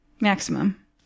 Maximum